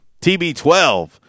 TB12